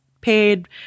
paid